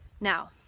now